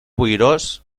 boirós